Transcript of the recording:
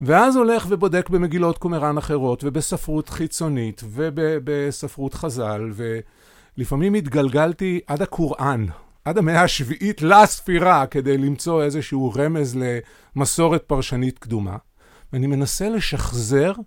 ואז הולך ובודק במגילות כומראן אחרות, ובספרות חיצונית, ובספרות חזל, ולפעמים התגלגלתי עד הקוראן, עד המאה השביעית לספירה, כדי למצוא איזשהו רמז למסורת פרשנית קדומה, ואני מנסה לשחזר.